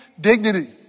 dignity